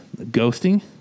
ghosting